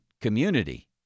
community